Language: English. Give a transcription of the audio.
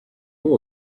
more